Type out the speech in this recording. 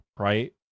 right